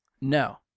no